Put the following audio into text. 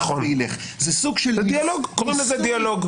נכון, קוראים לזה דיאלוג.